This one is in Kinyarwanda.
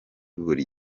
buri